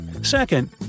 Second